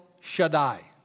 Shaddai